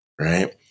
right